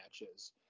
matches